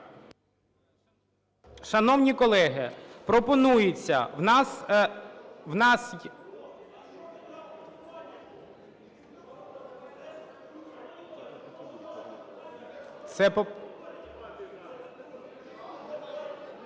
Шановні колеги, пропонується, у нас…